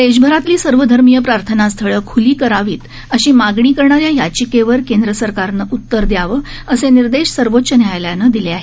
देशभरातली सर्वधर्मीय प्रार्थना स्थळं ख्ली करावीत अशी मागणी करणाऱ्या याचिकेवर केंद्रसरकारनं उतर दयावं असे निर्देश सर्वोच्च न्यायालयानं दिले आहेत